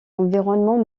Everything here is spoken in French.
environnements